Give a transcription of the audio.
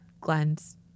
Glenn's